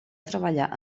treballar